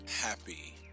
happy